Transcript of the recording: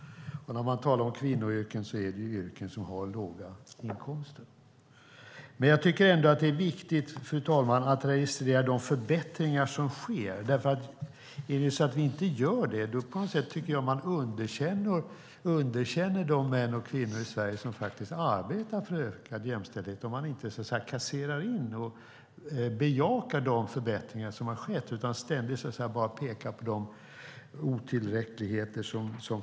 Men när man talar om kvinnoyrken gäller det yrken med låga inkomster. Fru talman! Jag tycker ändå att det är viktigt att registrera de förbättringar som sker. Om man inte "kasserar in" och bejakar de förbättringar som har skett utan ständigt bara pekar på de otillräckligheter som finns tycker jag att man underkänner de män och kvinnor i Sverige som arbetar för ökad jämställdhet.